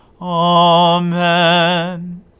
Amen